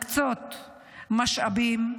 להקצות משאבים.